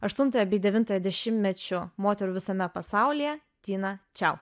aštuntojo bei devintojo dešimtmečio moterų visame pasaulyje tina čiau